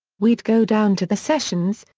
we'd go down to the sessions,